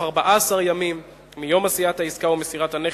14 ימים מיום עשיית העסקה או מסירת הנכס,